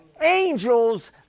angels